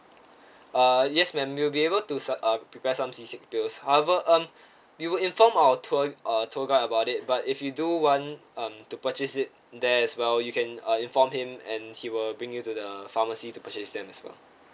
uh yes ma'am we'll be able to som~ uh prepare some sea sick pills however um we would inform our tour uh tour guide about it but if you do want um to purchase it there as well you can uh inform him and he will bring you to the pharmacy to purchase them as well